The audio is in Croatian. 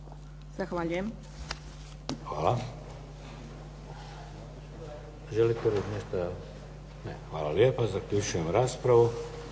(HDZ)** Hvala. Želite li možda? Ne. Hvala lijepa. Zaključujem raspravu.